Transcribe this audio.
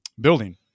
building